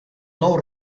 nou